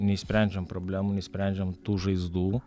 neišsprendžiam problemų nesprendžiam tų žaizdų